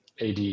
AD